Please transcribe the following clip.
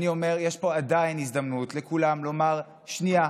אני אומר, יש פה עדיין הזדמנות לכולם לומר: שנייה,